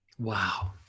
Wow